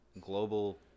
global